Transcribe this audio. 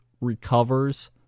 recovers